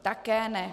Také ne.